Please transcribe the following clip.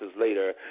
later